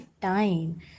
time